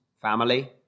family